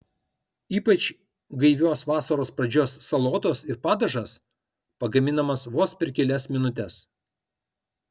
ypač gaivios vasaros pradžios salotos ir padažas pagaminamas vos per kelias minutes